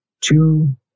two